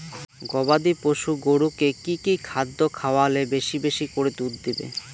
গবাদি পশু গরুকে কী কী খাদ্য খাওয়ালে বেশী বেশী করে দুধ দিবে?